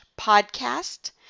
podcast